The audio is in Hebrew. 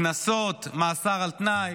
קנסות, מאסר על תנאי.